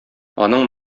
аның